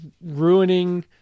ruining